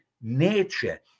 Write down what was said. nature